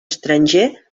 estranger